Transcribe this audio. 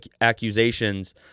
accusations